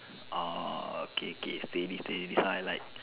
orh K K steady steady this one I like